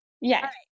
Yes